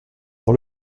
dans